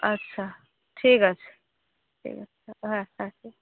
আচ্ছা ঠিক আছে ঠিক আছে হ্যাঁ হ্যাঁ হ্যাঁ